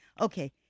Okay